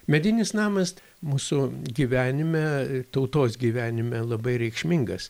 medinis namas mūsų gyvenime tautos gyvenime labai reikšmingas